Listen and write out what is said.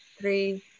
three